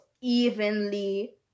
evenly